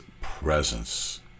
presence